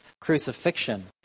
crucifixion